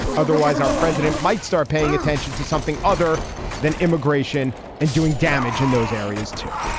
otherwise our president might start paying attention to something other than immigration and doing damage in those areas too.